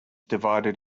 divided